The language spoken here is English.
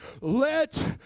let